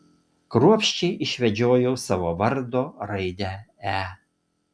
kruopščiai išvedžiojau savo vardo raidę e